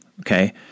Okay